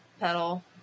pedal